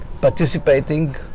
participating